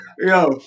yo